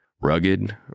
Rugged